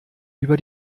über